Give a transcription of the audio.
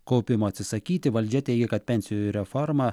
kaupimo atsisakyti valdžia teigia kad pensijų reforma